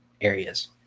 areas